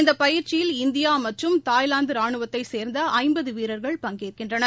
இந்தப் பயிற்சியில் இந்தியா மற்றும் தாய்லாந்து ராணுவத்தைச் சேர்ந்த ஐம்பது வீரர்கள் பங்கேற்கின்றனர்